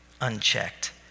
unchecked